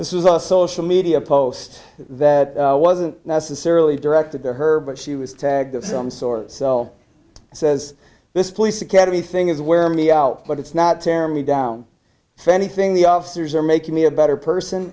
this is a social media post that wasn't necessarily directed to her but she was tagged of some sort of cell says this police academy thing is wear me out but it's not tear me down for anything the officers are making me a better person